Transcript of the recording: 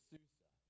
Susa